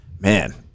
man